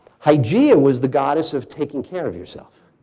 hygeia was the goddess of taking care of yourself.